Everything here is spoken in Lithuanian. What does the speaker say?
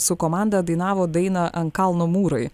su komanda dainavot dainą ant kalno mūrai